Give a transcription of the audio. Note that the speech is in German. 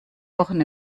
wochen